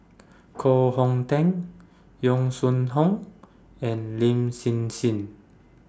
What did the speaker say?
Koh Hong Teng Yong Sun Hoong and Lin Hsin Hsin